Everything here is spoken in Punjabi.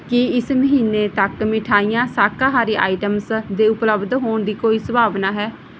ਕੀ ਇਸ ਮਹੀਨੇ ਤੱਕ ਮਿਠਾਈਆਂ ਸ਼ਾਕਾਹਾਰੀ ਆਇਟਮਸ ਦੇ ਉਪਲੱਬਧ ਹੋਣ ਦੀ ਕੋਈ ਸੰਭਾਵਨਾ ਹੈ